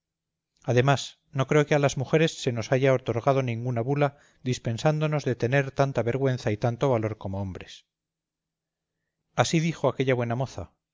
además no creo que a las mujeres se nos haya otorgado ninguna bula dispensándonos de tener tanta vergüenza y tanto valor como los hombres así dijo aquella buena moza